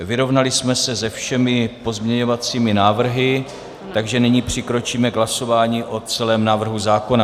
Vyrovnali jsme se se všemi pozměňovacími návrhy, takže nyní přikročíme k hlasování o celém návrhu zákona.